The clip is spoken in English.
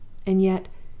and yet,